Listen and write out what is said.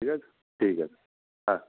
ঠিক আছে ঠিক আছে হ্যাঁ